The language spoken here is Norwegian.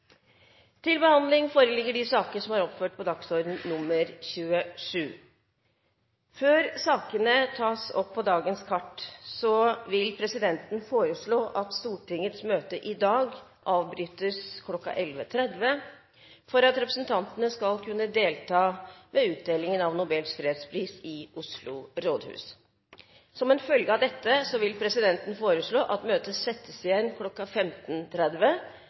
til behandling, vil presidenten foreslå at Stortingets møte i dag avbrytes kl. 11.30, for at representantene skal kunne delta ved utdelingen av Nobels fredspris i Oslo rådhus. Som en følge av dette vil presidenten foreslå at møtet settes igjen